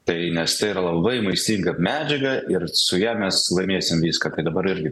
tai nes tai yra labai maistinga medžiaga ir su ja mes laimėsim viską kad dabar irgi